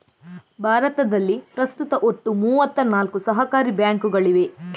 ಭಾರತದಲ್ಲಿ ಪ್ರಸ್ತುತ ಒಟ್ಟು ಮೂವತ್ತ ನಾಲ್ಕು ಸಹಕಾರಿ ಬ್ಯಾಂಕುಗಳಿವೆ